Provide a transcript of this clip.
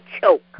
choke